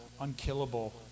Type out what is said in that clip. unkillable